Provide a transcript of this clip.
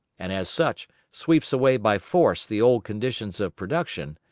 and, as such, sweeps away by force the old conditions of production,